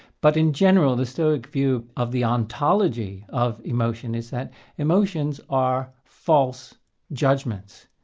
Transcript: but in general, the stoic view of the ontology of emotion is that emotions are false judgments.